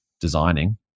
designing